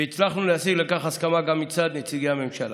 והצלחנו להשיג לכך הסכמה מצד נציגי הממשלה.